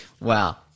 Wow